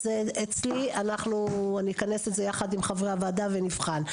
זה אצלי אנחנו נתכנס יחד עם חברי הוועדה ונבחן.